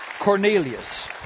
Cornelius